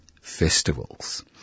festivals